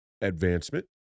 advancement